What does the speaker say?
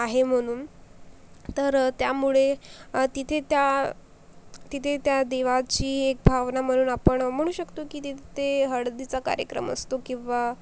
आहे म्हणून तर त्यामुळे तिथे त्या तिथे त्या देवाची एक भावना म्हणून आपण म्हणू शकतो की तिथे ते हळदीचा कार्यक्रम असतो किंवा